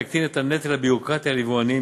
יקטין את הנטל הביורוקרטי על יבואנים,